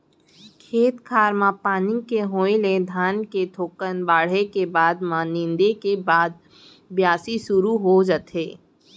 खेत खार म पानी के होय ले धान के थोकन बाढ़े के बाद म नींदे के बाद बियासी सुरू हो जाथे